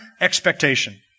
expectation